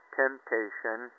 temptation